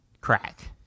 crack